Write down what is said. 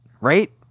right